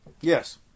Yes